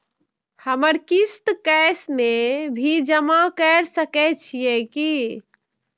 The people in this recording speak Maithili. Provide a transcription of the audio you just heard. हमर किस्त कैश में भी जमा कैर सकै छीयै की?